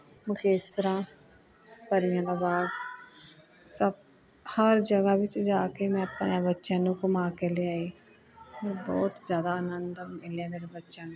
ਮੁਕੇਤਸਰਾਂ ਪਰੀਆਂ ਦਾ ਬਾਗ ਸਭ ਹਰ ਜਗ੍ਹਾ ਵਿੱਚ ਜਾ ਕੇ ਮੈਂ ਆਪਣੇ ਬੱਚਿਆਂ ਨੂੰ ਘੁੰਮਾ ਕੇ ਲਿਆਈ ਬਹੁਤ ਜ਼ਿਆਦਾ ਅਨੰਦ ਮਿਲਿਆ ਮੇਰੇ ਬੱਚਿਆਂ ਨੂੰ